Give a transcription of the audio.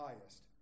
highest